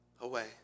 away